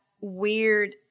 weird